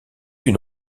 une